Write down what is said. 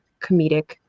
comedic